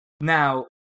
Now